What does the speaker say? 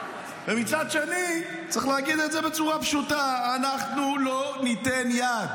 מצד שני צריך לעגן את זה בצורה פשוטה: אנחנו לא ניתן יד